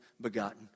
begotten